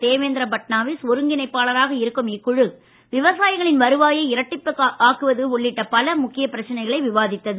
தேவேந்திர பட்நவீஷ் ஒருங்கிணைப்பாளராக இருக்கும் இக்குழு விவசாயிகளின் வருவாயை இரட்டிப்பாக்குவது உள்ளிட்ட பல முக்கிய பிரச்சனைகளை விவாதித்தது